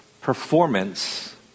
performance